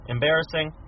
Embarrassing